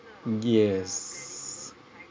yes